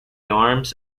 arms